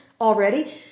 already